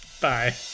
Bye